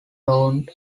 owned